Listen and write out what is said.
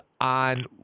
on –